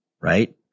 Right